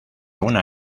una